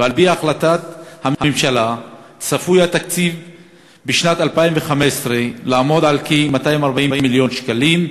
ועל-פי החלטת הממשלה צפוי שבשנת 2015 התקציב יהיה כ-240 מיליון שקלים,